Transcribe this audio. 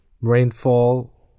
rainfall